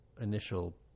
initial